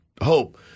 hope